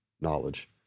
knowledge